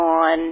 on